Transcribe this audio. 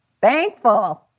thankful